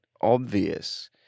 obvious